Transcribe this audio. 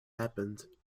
happened